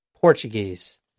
Portuguese